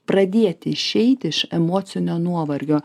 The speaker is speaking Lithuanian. pradėti išeiti iš emocinio nuovargio